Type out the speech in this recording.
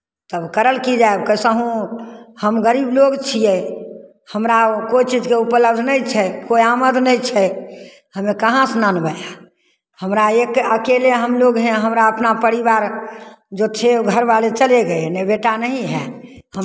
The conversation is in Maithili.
तब करल की जाय कैसाहुँ हम गरीब लोक छियै हमरा कोइ चीजके उपलब्ध नहि छै कोइ आमद नहि छै हमे कहाँसँ नानबै हमरा एक अकेले हम लोग हैं हमरा अपना परिवार जो थे घरवाले चले गए ने बेटा नहीं है हम